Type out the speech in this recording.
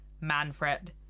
Manfred